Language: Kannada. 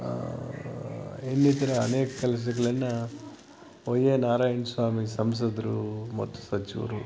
ಇನ್ನಿತರ ಅನೇಕ ಕೆಲಸಗಳನ್ನ ಓ ಎ ನಾರಾಯಣ ಸ್ವಾಮಿ ಸಂಸದರು ಮತ್ತು ಸಚಿವರು